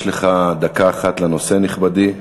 יש לך דקה אחת לנושא, נכבדי.